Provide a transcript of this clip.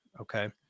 Okay